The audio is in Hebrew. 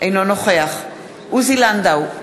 אינו נוכח עוזי לנדאו,